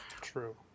True